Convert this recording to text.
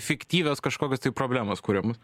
fiktyvios kažkokios tai problemos kuriamos